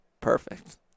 Perfect